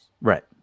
Right